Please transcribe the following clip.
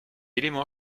éléments